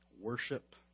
worship